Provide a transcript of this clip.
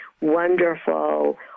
wonderful